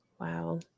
wow